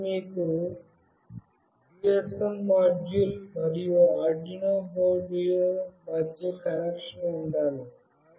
కాబట్టి మీకు GSM module మరియు ఆర్డునో బోర్డు మధ్య కనెక్షన్ ఉండాలి